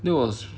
that was